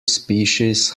species